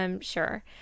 Sure